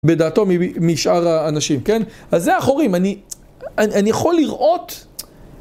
בדעתו משאר האנשים, כן? אז זה אחורים, אני יכול לראות...